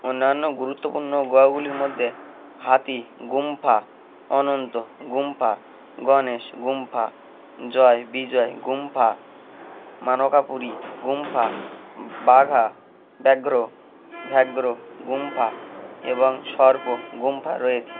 অন্যান্য গুরুত্বপূর্ণ গহগুলির মধ্যে হাতি গুমফা অনন্ত গুমফা গণেশ গুমফা জয় বিজয় গুমফা মানকাপুরি গুমফা ব্যাঘ্র ব্যাঘ্র গুমফা এবং সর্প গুমফা রয়েছে